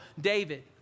David